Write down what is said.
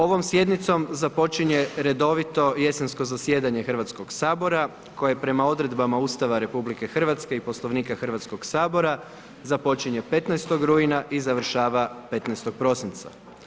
Ovom sjednicom započinje redovito jesensko zasjedanje Hrvatskog sabora, koje prema odredbama Ustava RH i Poslovnika Hrvatskog sabora započinje 15. rujna i završava 15. prosinca.